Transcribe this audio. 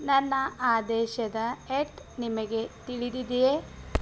ನನ್ನ ಆದೇಶದ ಎಟ್ ನಿಮಗೆ ತಿಳಿದಿದೆಯೇ